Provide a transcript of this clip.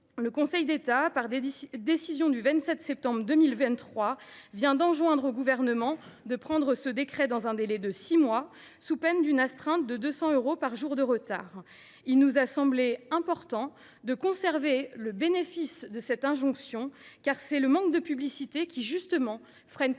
Le Conseil d’État, dans sa décision du 27 septembre 2023, vient d’enjoindre au Gouvernement de prendre ce décret dans un délai de six mois, sous peine d’une astreinte de 200 euros par jour de retard. Il nous a semblé important de conserver le bénéfice de cette injonction, car c’est justement le manque de publicité qui freine considérablement